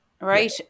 Right